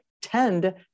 tend